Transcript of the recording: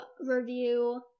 review